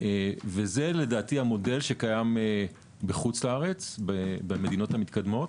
לדעתי זה המודל שקיים במדינות המתקדמות,